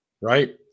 Right